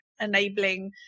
enabling